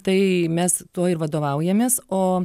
tai mes tuo ir vadovaujamės o